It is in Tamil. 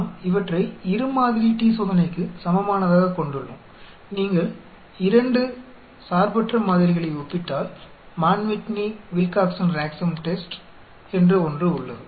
நாம் இவற்றை இரு மாதிரி t சோதனைக்கு சமமானதாக கொண்டுள்ளோம் நீங்கள் இரண்டு 2 சார்பற்ற மாதிரிகளை ஒப்பிட்டால் Mann Whitney Wilcoxon rank sum test Mann Whitney Wilcoxon Rank Sum Test என்று ஒன்று உள்ளது